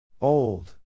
old